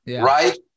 right